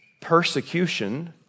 persecution